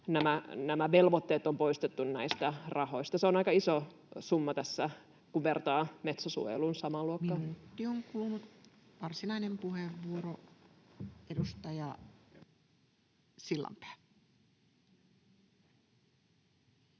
Nämä velvoitteet on poistettu näistä rahoista. Se on aika iso summa tässä, kun vertaa Metso-suojeluun — samaa luokkaa. [Puhemies: Minuutti on kulunut!] Varsinainen puheenvuoro, edustaja Sillanpää.